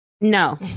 no